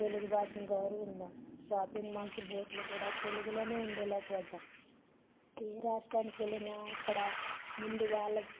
తెలుగు భాషని గౌరవిందాం shopping malls బోర్డ్లు కూడా తెలుగులోనే ఉండేలా చేద్దాం ఏ రాష్ట్రానికి వెళ్ళినా అక్కడ ముందు వాళ్ళ